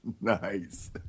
Nice